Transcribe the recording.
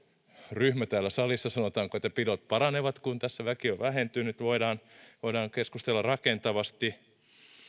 ryhmä täällä salissa sanotaanko että pidot paranevat kun tässä väki on vähentynyt voidaan voidaan keskustella rakentavasti